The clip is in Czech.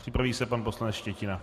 Připraví se pan poslanec Štětina.